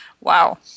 Wow